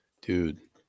dude